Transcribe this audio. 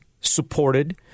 supported